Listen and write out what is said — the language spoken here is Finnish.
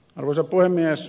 arvoisa puhemies